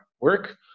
work